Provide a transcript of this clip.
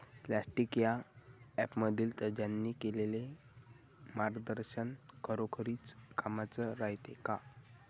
Plantix या ॲपमधील तज्ज्ञांनी केलेली मार्गदर्शन खरोखरीच कामाचं रायते का?